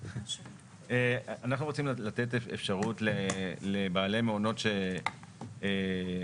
אנחנו רוצים לתת אפשרות לבעלי מעונות שפועלים